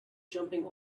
jumping